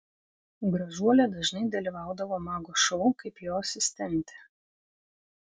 gražuolė dažnai dalyvaudavo mago šou kaip jo asistentė